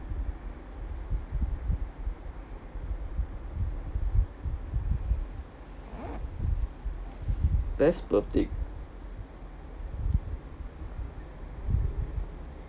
best birthday